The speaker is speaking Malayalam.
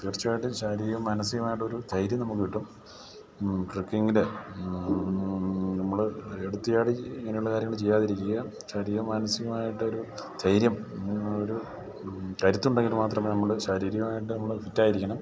തീർച്ചയായിട്ടും ശാരീരികം മാനസികമായിട്ട് ഒരു ധൈര്യം നമുക്ക് കിട്ടും ട്രക്കിങ്ങിൽ നമ്മൾ എടുത്ത് ചാടി ഇങ്ങനെയുള്ള കാര്യങ്ങൾ ചെയ്യാതിരിക്കുക ശരീരം മാനസികമായിട്ട് ഒരു ധൈര്യം ഒരു കരുത്ത് ഉണ്ടെങ്കിൽ മാത്രമേ നമ്മൾ ശാരീരികമായിട്ട് നമ്മൾ ഫിറ്റായിരിക്കണം